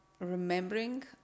remembering